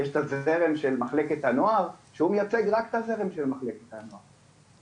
ויש את הזרם של מחלקת הנוער והוא מייצג רק את מחלקת הנוער.